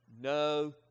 no